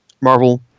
Marvel